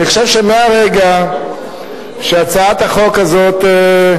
אני חושב שמהרגע שהצעת החוק הזו,